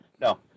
No